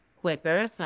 quicker